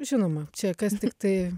žinoma čia kas tiktai